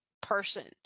person